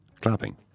clapping